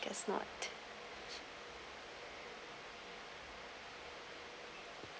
guess not